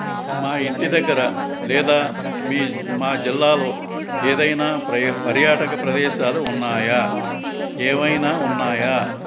మా ఇంటి దగ్గర లేదా మీ మా జిల్లాలో ఏదైనా ప్రయ్ పర్యాటక ప్రదేశాలు ఉన్నాయా ఏమైనా ఉన్నాయా